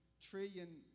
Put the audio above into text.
trillion